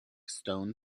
stone